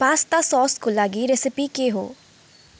pasta ससको लागि recipe के हो